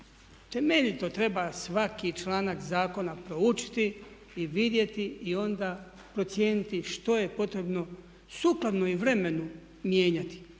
temeljito treba svaki članak zakona proučiti i vidjeti i onda procijeniti što je potrebno sukladno i vremenu i mijenjati.